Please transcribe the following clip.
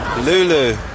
Lulu